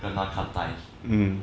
跟他 cut ties